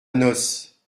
noce